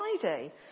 Friday